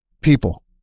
people